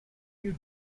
you